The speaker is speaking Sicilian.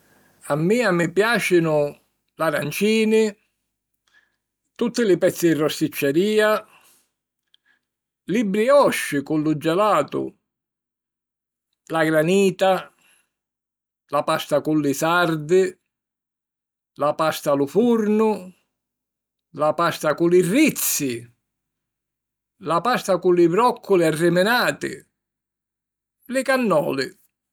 A mia mi piàcinu l'arancini, tutti li pezzi di rosticcerìa, li briosci cu lu gelatu, la granita, la pasta cu li sardi, la pasta a lu furnu, la pasta cu li rizzi, la pasta cu li vròcculi arriminati, li cannoli.